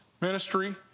ministry